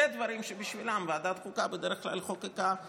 אלו דברים שבשבילם ועדת החוקה בדרך כלל חוקקה בעבר.